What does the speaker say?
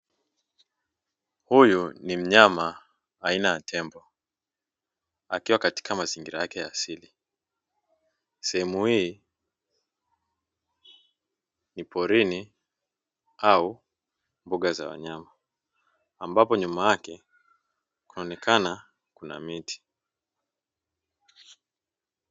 Huyu ni mnyama aina ya tembo, akiwa katika mazingira yake ya asili. Sehemu hii ni porini au mbuga za wanyama, ambapo nyuma yake kunaonekana kuna miti.